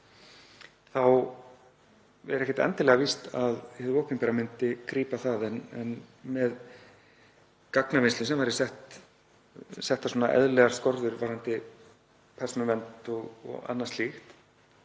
þá er ekkert endilega víst að hið opinbera myndi grípa það en með gagnavinnslu, sem væru settar eðlilegar skorður varðandi persónuvernd og annað slíkt,